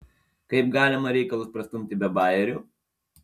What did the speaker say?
kaip galima reikalus prastumti be bajerių